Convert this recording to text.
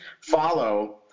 follow